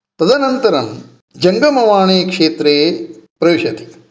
तदनन्तरं जङ्गमवाणीक्षेत्रे प्रविशति